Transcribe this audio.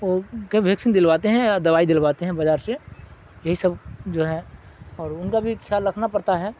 وہ کے ویکسین دلواتے ہیں دوائی دلواتے ہیں بجار سے یہی سب جو ہے اور ان کا بھی خیال رکھنا پڑتا ہے